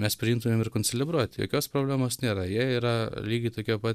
mes priimtumėm ir koncelebruot jokios problemos nėra jie yra lygiai tokie pat